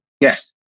Yes